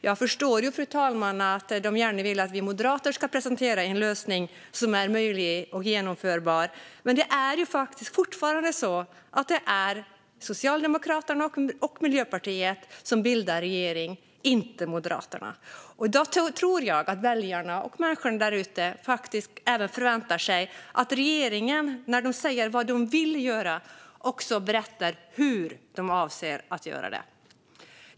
Jag förstår, fru talman, att den gärna vill att vi moderater ska presentera en lösning som är möjlig och genomförbar. Men det är fortfarande Socialdemokraterna och Miljöpartiet som bildar regeringen och inte Moderaterna. Jag tror att väljarna och människorna därute förväntar sig att regeringen när den säger vad den vill göra också berättar hur den avser att göra det.